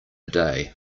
day